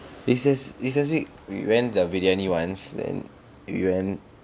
recess recess week we went briyani once then we went